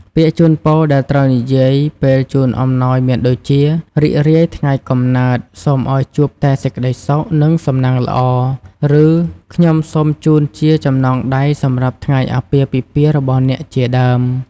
ពាក្យជូនពរដែលត្រូវនិយាយពេលជូនអំណោយមានដូចជា "រីករាយថ្ងៃកំណើត សូមឲ្យជួបតែសេចក្ដីសុខ និងសំណាងល្អ" ឬ "ខ្ញុំសូមជូនជាចំណងដៃសម្រាប់ថ្ងៃអាពាហ៍ពិពាហ៍របស់អ្នក" ជាដើម។